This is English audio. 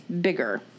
bigger